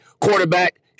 quarterback